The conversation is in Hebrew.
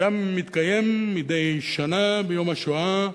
שם מתקיים מדי שנה, ביום השואה,